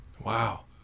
Wow